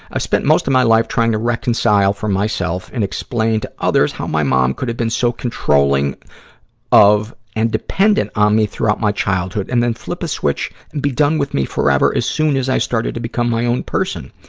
i spent most of my life trying to reconcile for myself and explain to other how my mom could have been so controlling of and dependent on me throughout my childhood, and then flip a switch and be done with me forever as soon as i started to become my own person.